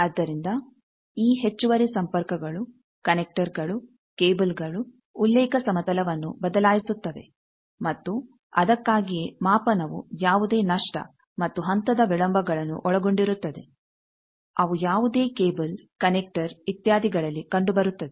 ಆದ್ದರಿಂದ ಈ ಹೆಚ್ಚುವರಿ ಸಂಪರ್ಕಗಳು ಕನೆಕ್ಟರ್ಗಳು ಕೇಬಲ್ಗಳು ಉಲ್ಲೇಖ ಸಮತಲವನ್ನು ಬದಲಾಯಿಸುತ್ತವೆ ಮತ್ತು ಅದಕ್ಕಾಗಿಯೇ ಮಾಪನವು ಯಾವುದೇ ನಷ್ಟ ಮತ್ತು ಹಂತದ ವಿಳಂಬಗಳನ್ನು ಒಳಗೊಂಡಿರುತ್ತದೆ ಅವು ಯಾವುದೇ ಕೇಬಲ್ ಕನೆಕ್ಟರ್ ಇತ್ಯಾದಿಗಳಲ್ಲಿ ಕಂಡುಬರುತ್ತದೆ